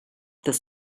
this